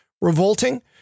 Revolting